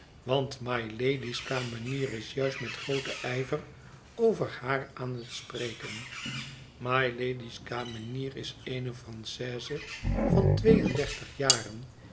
want mylady's kamenier is juist met grooten ijver over haar aan het spreken mylady's kamenier is eene francaise van twee en dertig jaren